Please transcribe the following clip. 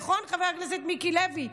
נכון, חבר הכנסת מיקי לוי?